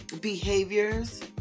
behaviors